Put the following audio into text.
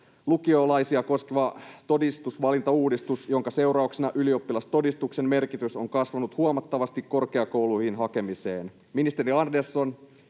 lukiolaisia koskevan todistusvalintauudistuksen, jonka seurauksena ylioppilastodistuksen merkitys on kasvanut huomattavasti korkeakouluihin hakemisessa. Ministeri Andersson,